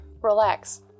Relax